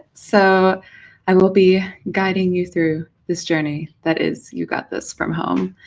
so i will be guiding you through this journey, that is you got this from home.